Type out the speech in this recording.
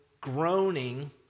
groaning